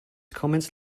comments